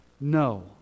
No